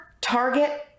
Target